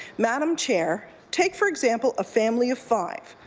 madam chair, take for example a family of five,